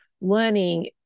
learning